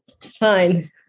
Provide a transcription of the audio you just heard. fine